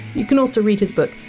you can also read his book,